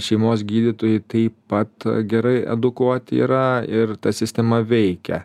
šeimos gydytojai taip pat gerai edukuoti yra ir ta sistema veikia